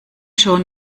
schon